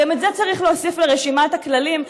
גם את זה צריך להוסיף לרשימת הכללים,